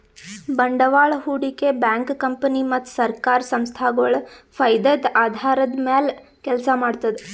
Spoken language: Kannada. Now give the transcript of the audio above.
ಬಂಡವಾಳ್ ಹೂಡಿಕೆ ಬ್ಯಾಂಕ್ ಕಂಪನಿ ಮತ್ತ್ ಸರ್ಕಾರ್ ಸಂಸ್ಥಾಗೊಳ್ ಫೈದದ್ದ್ ಆಧಾರದ್ದ್ ಮ್ಯಾಲ್ ಕೆಲಸ ಮಾಡ್ತದ್